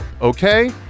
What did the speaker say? okay